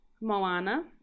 Moana